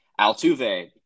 Altuve